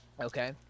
Okay